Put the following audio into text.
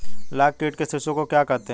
लाख कीट के शिशु को क्या कहते हैं?